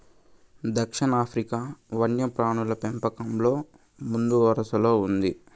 దక్షిణాఫ్రికా వన్యప్రాణుల పెంపకంలో ముందువరసలో ఉంది